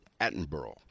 Attenborough